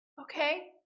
Okay